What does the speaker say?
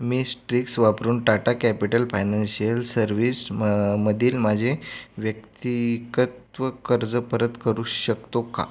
मी स्ट्रिक्स वापरून Tata capital financial service म मधील माझे व्यक्तिकत्व कर्ज परत करू शकतो का